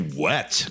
wet